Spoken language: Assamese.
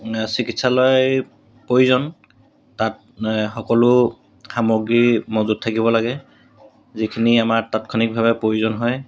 চিকিৎসালয় প্ৰয়োজন তাত সকলো সামগ্ৰী মজুত থাকিব লাগে যিখিনি আমাৰ তাৎক্ষণিকভাৱে প্ৰয়োজন হয়